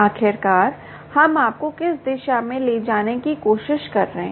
आखिरकार हम आपको किस दिशा में ले जाने की कोशिश कर रहे हैं